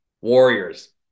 Warriors